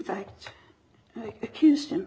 fact houston